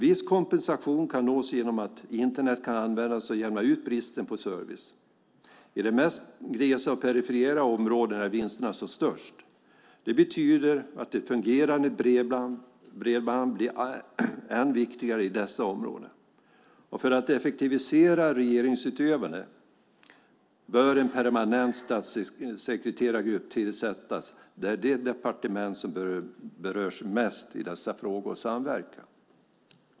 Viss kompensation kan nås genom att Internet kan användas och jämna ut bristen på service. I de mest glesa och perifera områdena är vinsterna som störst. Det betyder att fungerande bredband är ännu viktigare i dessa områden. För att effektivisera regeringsutövandet bör en permanent statssekreterargrupp tillsättas, där de departement som berörs mest i dessa frågor samverkar.